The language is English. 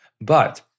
But-